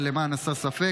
אבל למען הסר ספק,